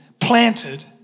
planted